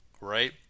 right